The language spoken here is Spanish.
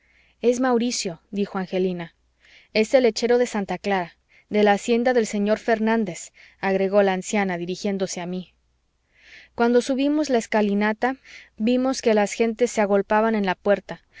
es mauricio dijo angelina es el lechero de santa clara de la hacienda del señor fernández agregó la anciana dirigiéndose a mí cuando subimos la escalinata vimos que las gentes se agolpaban en la puerta